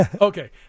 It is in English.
Okay